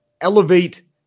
elevate